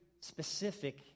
specific